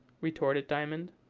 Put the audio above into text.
retorted diamond.